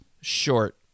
short